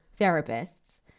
therapists